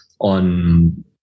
on